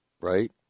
right